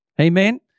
Amen